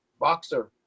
boxer